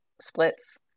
splits